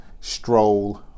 stroll